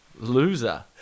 loser